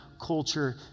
culture